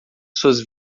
suas